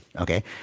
okay